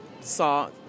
saw